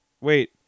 Wait